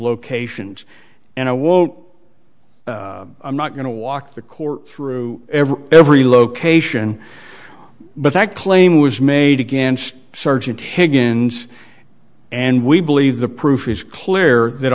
locations and i wote i'm not going to walk the court through every every location but that claim was made against sergeant higgins and we believe the proof is clear that